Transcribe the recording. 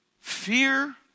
fear